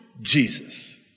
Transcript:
Jesus